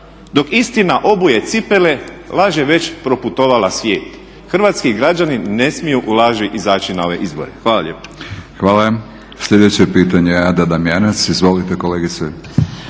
dok istina obuje cipele laž je već proputovala svijet. Hrvatski građani ne smiju u laži izaći na ove izbore. Hvala lijepa. **Batinić, Milorad (HNS)** Hvala. Sljedeće pitanje, Ada Damjanac. Izvolite kolegice.